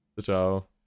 Ciao